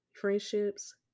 friendships